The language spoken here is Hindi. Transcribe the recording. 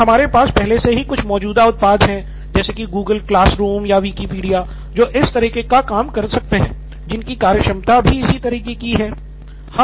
फिर हमारे पास पहले से ही कुछ मौजूदा उत्पाद हैं जैसे कि Google classroom या Wiki जो इस तरह का काम कर सकते हैं जिनकी कार्य क्षमता भी इसी तरह की है